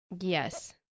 Yes